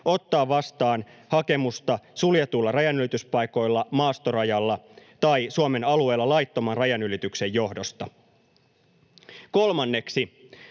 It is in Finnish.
ottaa vastaan hakemusta suljetuilla rajanylityspaikoilla, maastorajalla tai Suomen alueella laittoman ra-janylityksen johdosta. Kolmanneksi,